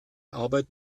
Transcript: arbeit